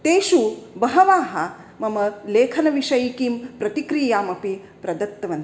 तेषु बहवः मम लेखनविषयिकीं प्रतिक्रियाम् अपि प्रदत्तवन्तः